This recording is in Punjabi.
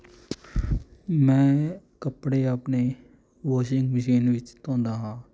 ਮੈਂ ਕੱਪੜੇ ਆਪਣੇ ਵਾਸ਼ਿੰਗ ਮਸ਼ੀਨ ਵਿੱਚ ਧੌਂਦਾ ਹਾਂ